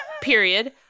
Period